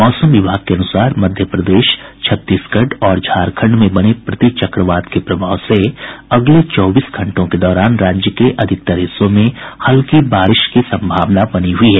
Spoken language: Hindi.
मौसम विभाग के अनुसार मध्य प्रदेश छत्तीसगढ़ और झारखण्ड में बने प्रतिचक्रवात के प्रभाव से अगले चौबीस घंटों के दौरान राज्य के अधिकतर हिस्सों में हल्की बारिश की संभावना बनी हुई है